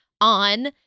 on